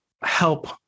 help